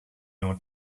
your